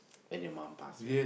when your mum passed away